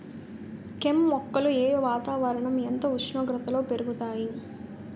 కెమ్ మొక్కలు ఏ వాతావరణం ఎంత ఉష్ణోగ్రతలో పెరుగుతాయి?